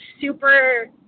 super